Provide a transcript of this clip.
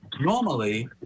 normally